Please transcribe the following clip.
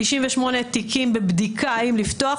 98 תיקים בבדיקה אם לפתוח,